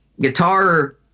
guitar